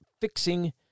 fixing